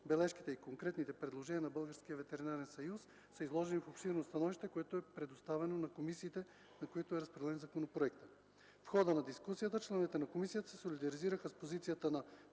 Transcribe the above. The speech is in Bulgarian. Бележките и конкретните предложения на Българския ветеринарен съюз са изложени в обширно становище, което е предоставено на комисиите, на които е разпределен законопроектът. В хода на дискусията членовете на комисията се солидаризираха с позицията на